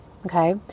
Okay